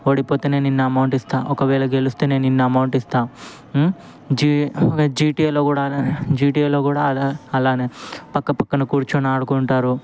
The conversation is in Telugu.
ఓడిపోతే నేను అమౌంట్ ఇస్తా ఒకవేళ గెలుస్తే నేనిన్ని అమౌంట్ ఇస్తాను జీ జీటీఏలో కూడా జీటీఏలో కూడా అలా అలానే పక్కపక్కన కూర్చొని ఆడుకుంటారు